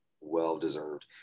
Well-deserved